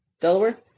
Delaware